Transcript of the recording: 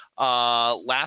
Last